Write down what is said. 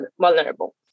vulnerable